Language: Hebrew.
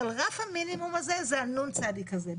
אבל רף המינימום הזה זה הנ"צ הזה.